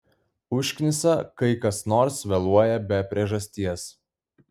užknisa kai kas nors vėluoja be priežasties